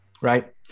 Right